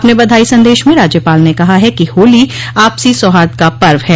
अपने बधाई संदेश में राज्यपाल ने कहा है कि होली आपसी सौहार्द का पर्व है